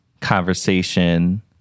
conversation